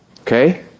Okay